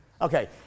Okay